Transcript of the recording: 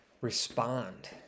respond